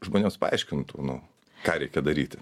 žmonės paaiškintų nu ką reikia daryti